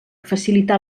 facilitar